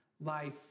life